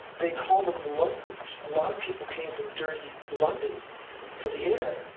they called em lungers, a lot of people came from dirty london for the air,